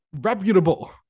reputable